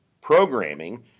programming